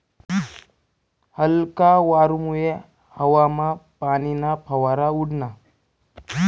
हलका वारामुये हवामा पाणीना फवारा उडना